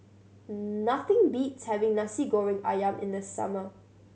nothing beats having Nasi Goreng Ayam in the summer